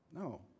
No